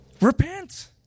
Repent